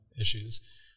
issues